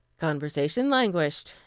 conversation languished.